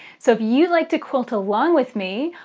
so if you'd like to quilt along with me,